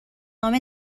نامه